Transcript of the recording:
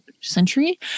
century